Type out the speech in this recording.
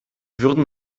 würden